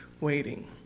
waiting